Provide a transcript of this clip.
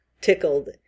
tickled